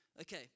Okay